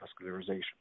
vascularization